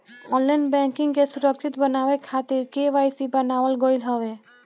online banking के सुरक्षित बनावे खातिर के.वाई.सी बनावल गईल हवे